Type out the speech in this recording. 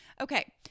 Okay